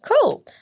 Cool